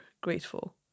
grateful